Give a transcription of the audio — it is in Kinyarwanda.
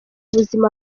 buzima